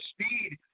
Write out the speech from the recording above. speed